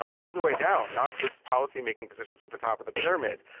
all the way down, not just policy making positions at the top of the pyramid.